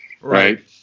Right